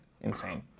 insane